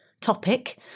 topic